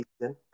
season